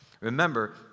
Remember